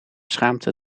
schaamte